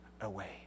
away